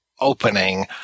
opening